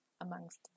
amongst